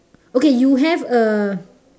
okay you have a